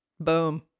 Boom